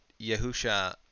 Yahusha